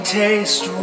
taste